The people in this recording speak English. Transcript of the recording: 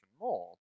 more